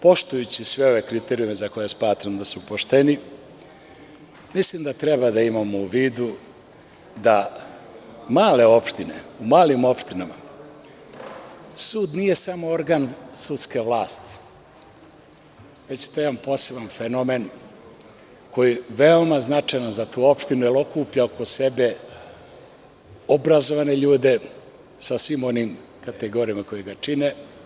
Poštujući sve ove kriterijume za koje smatram da su pošteni, mislim da treba da imamo u vidu da u malim opštinama sud nije samo organ sudske vlasti, već to je jedan poseban fenomen koji je veoma značajan za tu opštinu, jer okuplja oko sebe obrazovane ljude sa svim onim kategorijama koje ga čine.